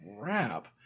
crap